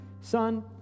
son